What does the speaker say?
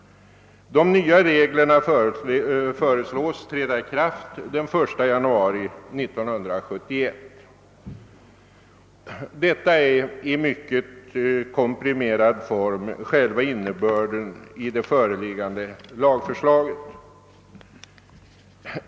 De nya reglerna föreslås träda i kraft den 1 januari 1971. Detta är i mycket komprimerad form själva innebörden i det föreliggande förslaget.